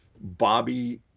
Bobby